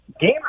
Game